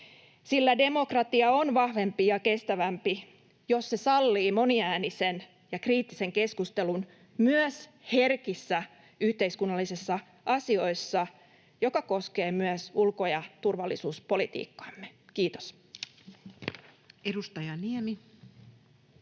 sillä demokratia on vahvempi ja kestävämpi, jos se sallii moniäänisen ja kriittisen keskustelun myös herkissä yhteiskunnallisissa asioissa, mikä koskee myös ulko‑ ja turvallisuuspolitiikkaamme. — Kiitos. [Speech